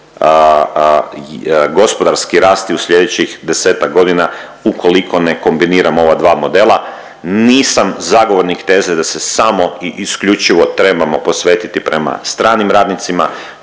gospodarski rasti u slijedećih 10-ak godina ukoliko ne kombiniramo ova dva modela. Nisam zagovornik teze da samo i isključivo trebamo posvetiti prema stranim radnicima,